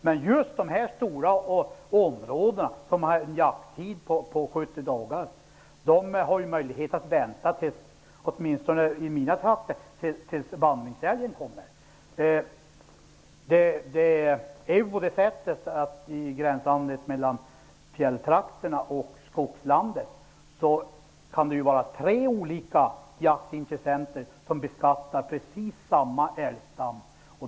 Men på de stora områdena, som har jakttid på 70 dagar, har man, åtminstone i mina trakter, möjlighet att vänta tills vandringsälgen kommer. I gränslandet mellan fjälltrakterna och skogslandet kan det vara tre olika jaktintressenter som beskattar precis samma älgstam.